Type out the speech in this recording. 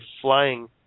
flying